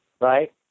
right